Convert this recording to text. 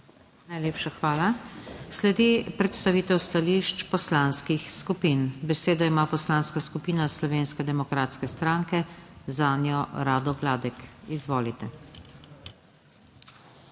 Najlepša hvala. Sledi predstavitev stališč poslanskih skupin. Besedo ima Poslanska skupina Slovenske demokratske stranke, zanjo **13. TRAK: